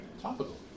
topical